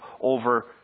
over